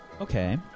Okay